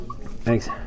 Thanks